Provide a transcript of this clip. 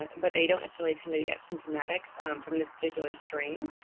but they don't necessarily tend to get symptomatic from this particular strain.